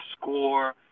score